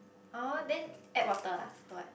oh then add water ah or what